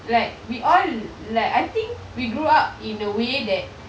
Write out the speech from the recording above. like we all like I think we grew up in a way that